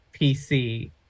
PC